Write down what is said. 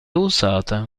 usata